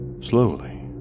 Slowly